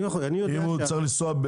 אם הוא צריך לנסוע,